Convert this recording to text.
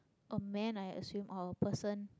a man I assume or a person